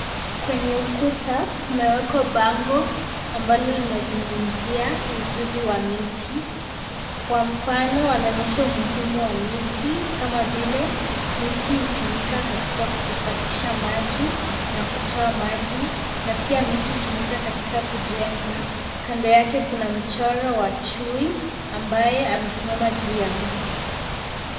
Kwenye ukuta kumewekwa bango ambalo linazungumzia uzuri wa miti. Kwa mfano wanaonyesha umuhimu wa miti kama vile, miti hutumika katika kusafisha maji, na kutoa maji, na pia miti hutumika katika kujenga. Kando yake kuna mchoro wa chui ambaye amesimama juu ya mti.